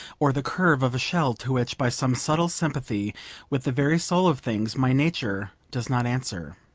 or the curve of a shell, to which, by some subtle sympathy with the very soul of things, my nature does not answer.